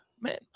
Man